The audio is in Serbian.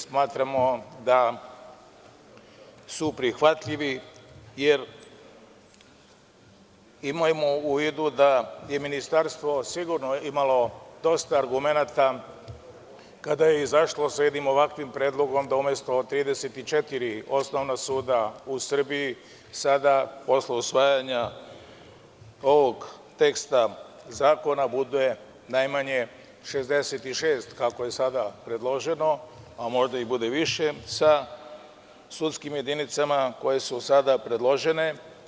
Smatramo da su prihvatljivi, jer imajmo u vidu da je Ministarstvo sigurno imalo dosta argumenata kada je izašlo sa jednim ovakvim predlogom, da umesto 34 osnovna suda u Srbiji, sada posle usvajanja ovog teksta zakona bude najmanje 66, kako je sada predloženo, a možda bude i više, sa sudskim jedinicama koje su sada predložene.